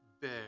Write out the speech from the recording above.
big